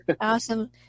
Awesome